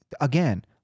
again